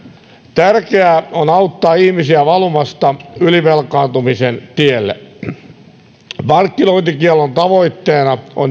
tärkeää on auttaa ihmisiä valumasta ylivelkaantumisen tielle markkinointikiellon tavoitteena on